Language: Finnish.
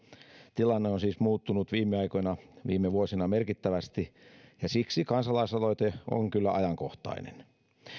tilanne on siis muuttunut viime aikoina viime vuosina merkittävästi ja siksi kansalaisaloite on kyllä ajankohtainen